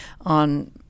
on